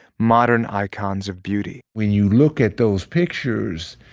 modern icons of beauty when you look at those pictures,